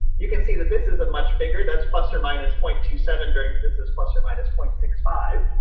you can see that this is a much bigger that's plus or minus point two, seven during this as plus or minus point six five.